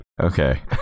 Okay